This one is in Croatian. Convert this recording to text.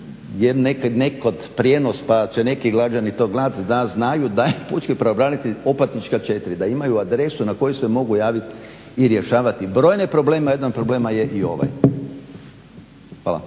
nekad prijenos pa će neki lagani to znati da znaju da je pučki pravobranitelj Opatička 4., da imaju adresu na kojoj se mogu javiti i rješavati brojne probleme, a jedan od problema je i ovaj. Hvala.